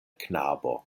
knabo